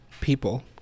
people